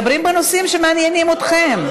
מדברים בנושאים שמעניינים אתכם.